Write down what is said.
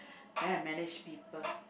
then I manage people